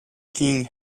king